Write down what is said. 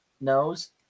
knows